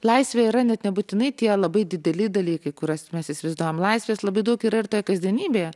laisvė yra net nebūtinai tie labai dideli dalykai kuriuos mes įsivaizduojam laisvės labai daug yra ir toje kasdienybėje